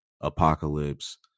Apocalypse